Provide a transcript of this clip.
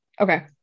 Okay